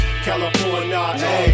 California